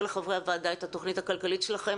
לחברי הוועדה את התוכנית הכלכלית שלכם